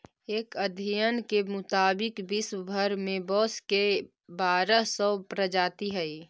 एक अध्ययन के मुताबिक विश्व भर में बाँस के बारह सौ प्रजाति हइ